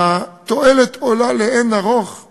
התועלת עולה לאין-ערוך על